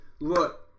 look